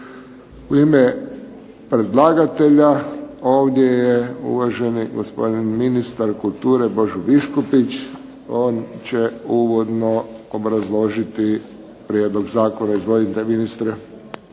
U ime predlagatelja ovdje je uvaženi gospodin ministar kulture Božo Biškupić. On će uvodno obrazložiti prijedlog zakona. Izvolite ministre.